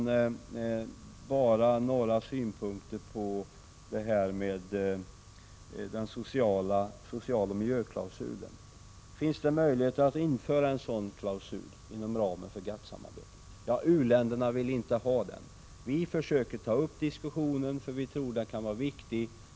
Till slut bara några synpunkter på detta med en socialoch miljöklausul. Finns det möjligheter att införa en sådan klausul inom ramen för GATT-samarbetet? U-länderna vill inte ha någon sådan. Vi försöker ta upp diskussionen, därför att vi tror att den kan vara viktig.